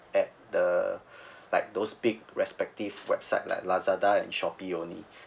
at the like those big respective website like Lazada and Shopee